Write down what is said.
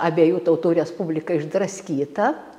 abiejų tautų respublika išdraskyta